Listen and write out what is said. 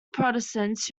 protestants